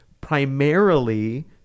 primarily